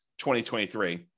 2023